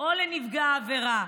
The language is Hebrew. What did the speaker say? או לנפגע העבירה